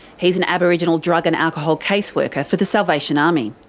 he's an aboriginal drug and alcohol case worker for the salvation army.